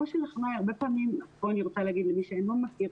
פה אני רוצה להגיד למי שאינו מכיר,